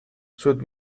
should